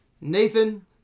Nathan